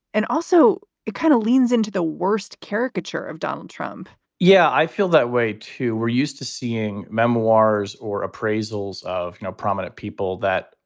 and also it kind of leans into the worst caricature of donald trump yeah, i feel that way, too. we're used to seeing memoirs or appraisals of you know prominent people that,